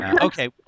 Okay